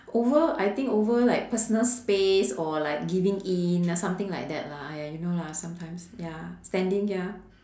over I think over like personal space or like giving in or something like that lah !aiya! you know lah sometimes ya standing ya